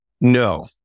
No